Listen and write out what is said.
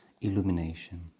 illumination